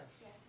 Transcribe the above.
yes